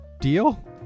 deal